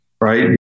right